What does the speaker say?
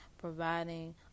providing